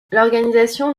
l’organisation